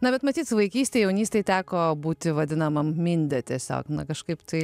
na bet matyt su vaikystėj jaunystėj teko būti vadinamam minde tiesiog na kažkaip tai